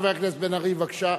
חבר הכנסת בן-ארי, בבקשה.